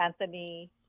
Anthony